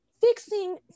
Fixing